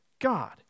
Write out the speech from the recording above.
God